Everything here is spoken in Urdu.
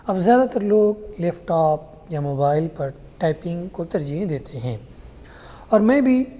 اب زیادہ تر لوگ لیپٹاپ یا موبائل پر ٹائپنگ کو ترجیح دیتے ہیں اور میں بھی